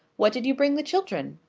what did you bring the children?